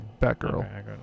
Batgirl